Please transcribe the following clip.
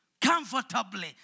comfortably